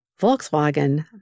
Volkswagen